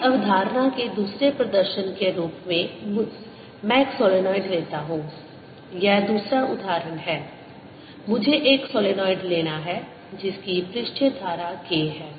इस अवधारणा के दूसरे प्रदर्शन के रूप में मुझे एक सोलेनोइड लेता हूँ यह दूसरा उदाहरण है मुझे एक सोलेनोइड लेना है जिसकी पृष्ठीय धारा K है